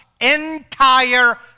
entire